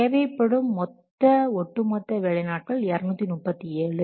தேவைப்படும் மொத்த ஒட்டுமொத்த வேலை நாட்கள் 237